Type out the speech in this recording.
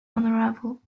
unravel